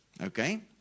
Okay